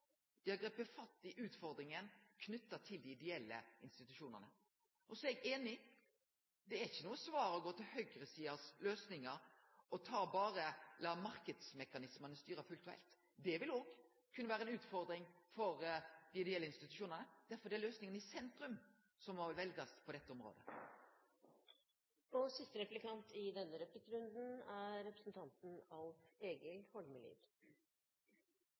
dei har gripe fatt i utfordringa knytt til dei ideelle institusjonane. Eg er einig i at det ikkje er noko svar å gå til høgresidas løysingar og la marknadsmekanismen styre fullt og heilt. Det vil òg kunne vere ei utfordring for dei ideelle institusjonane. Derfor er det løysingar i sentrum som må veljast på dette